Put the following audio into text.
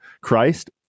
Christ